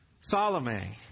Salome